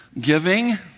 Giving